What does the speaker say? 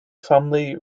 family